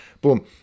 Boom